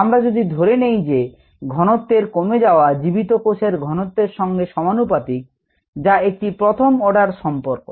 আমরা যদি ধরে নেই যে ঘনত্বের কমে যাওয়া জীবিত কোষের ঘনত্বের সঙ্গে সমানুপাতিক যা একটি প্রথম অর্ডার সম্পর্ক